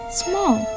small